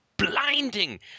blinding